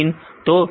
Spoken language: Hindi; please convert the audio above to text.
सिस्टीन और मिथनिन